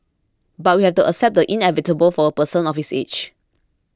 but we have to accept the inevitable for a person of his age